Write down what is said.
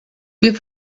wir